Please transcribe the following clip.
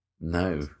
no